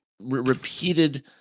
repeated